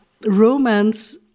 romance